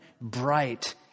bright